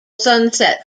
sunset